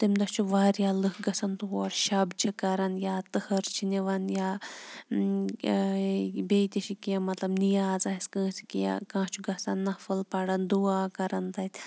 تَمہِ دۄہ چھُ واریاہ لٕکھ گژھان تور شَب چھِ کَران یا تٕہَر چھِ نِوان یا بیٚیہِ تہِ چھِ کیٚنٛہہ مطلب نِیاز آسہِ کٲنٛسہِ کہِ یا کانٛہہ چھُ گژھان نَفُل پَڑان دُعا کَران تَتہِ